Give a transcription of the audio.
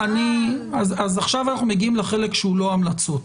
אז עכשיו אנחנו מגיעים לחלק שהוא לא המלצות.